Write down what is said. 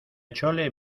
chole